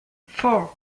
four